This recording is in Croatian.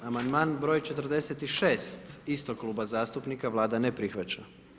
Amandman broj 46. istog kluba zastupnika, Vlada ne prihvaća.